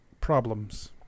problems